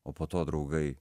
o po to draugai